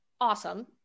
awesome